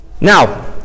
Now